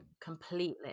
completely